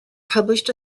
published